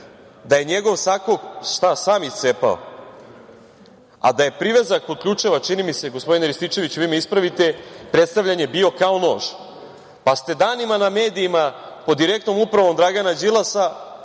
da se njegov sako sam iscepao, a da je privezak od ključeva, čini mi se, gospodine Rističeviću vi me ispravite, predstavljen je bio kao nož, pa ste danima na medijima pod direktnom upravom Dragana Đilasa